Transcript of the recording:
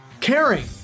caring